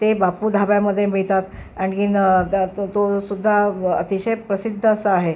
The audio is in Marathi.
ते बापू धाब्यामधे मिळतात आणखी दा तो तो सुद्धा अतिशय प्रसिद्ध असा आहे